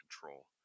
control